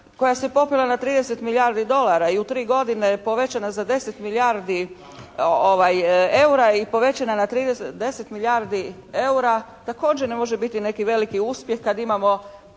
koja se popela na 30 milijardi dolara i u tri godine je povećana za 10 milijardi eura i povećana je na trideset, deset milijardi eura također ne može biti neki veliki uspjeh kad imamo